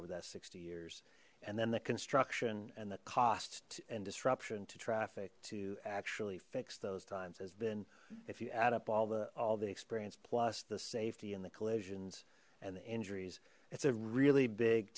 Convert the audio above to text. over that sixty years and then the construction and the cost and disruption to traffic to actually fix those times has been if you add up all the all the experience plus the safety and the collisions and the injuries it's a really big